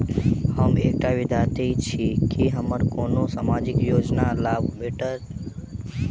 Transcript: हम एकटा विद्यार्थी छी, की हमरा कोनो सामाजिक योजनाक लाभ भेटतय?